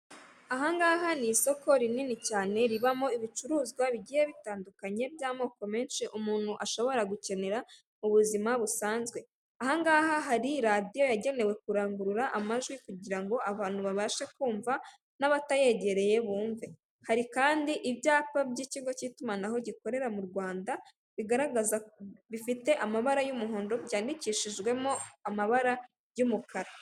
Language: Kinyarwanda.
Ahangaha ni isoko rinini cyane ribamo ibicuruzwa bigiye bitandukanye by'amoko menshi umuntu ashobora gukenera ubuzima busanzwe ahangaha hari radiyo yagenewe kurangurura amajwi kugirango ngo abantu babashe kumva n'abatayegereye bumve hari kandi ibyapa by'ikigo cy'itumanaho gikorera mu rwanda bigaragaza bifite amabara y'umuhondo byandikishijwemo amabara y'umukara.